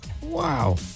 Wow